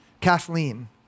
Kathleen